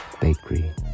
Bakery